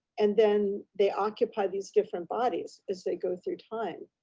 and then they occupied these different bodies as they go through time.